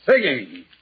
singing